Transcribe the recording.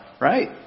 right